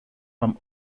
from